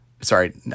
Sorry